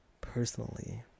personally